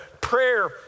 prayer